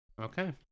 Okay